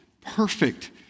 perfect